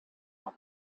auch